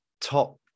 top